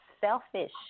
selfish